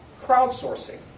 crowdsourcing